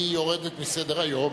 והיא יורדת מסדר-היום.